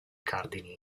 cardini